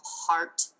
heart